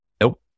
nope